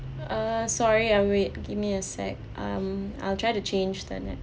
uh sorry uh wait give me a sec um I'll try to change the net